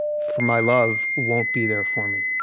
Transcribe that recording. for my love won't be there for me